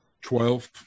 Twelve